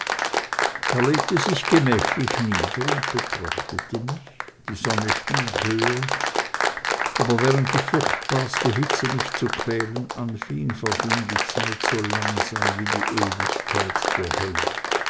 er legte sich gemächlich nieder und betrachtete mich die sonne stieg höher aber während die furchtbarste hitze mich zu quälen anfing verging die zeit so langsam wie die ewigkeit der hölle